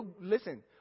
listen